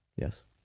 Yes